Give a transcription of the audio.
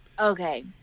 Okay